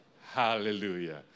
Hallelujah